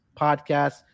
Podcast